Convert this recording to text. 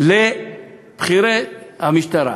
לבכירי המשטרה.